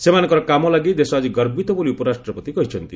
ସେମାନଙ୍କର କାମ ଲାଗି ଦେଶ ଆଜି ଗର୍ବିତ ବୋଲି ଉପରାଷ୍ଟ୍ରପତି କହିଛନ୍ତି